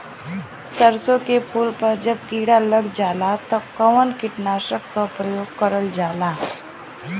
सरसो के फूल पर जब किड़ा लग जाला त कवन कीटनाशक क प्रयोग करल जाला?